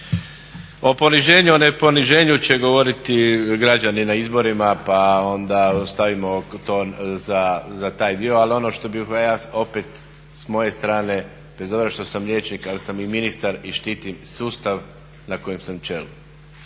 O poniženju i ne poniženju će govoriti građani na izborima pa onda ostavimo to za taj dio. Ali ono što bi ja opet s moje strane bez obzira što sam i liječnik ali sam i ministar i štitim sustav na kojem sam čelu.